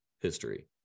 history